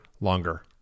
longer